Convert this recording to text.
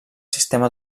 sistema